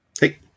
Hey